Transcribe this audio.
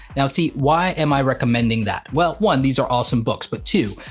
now see, why am i recommending that? well, one, these are awesome books, but two,